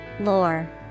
Lore